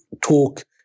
talk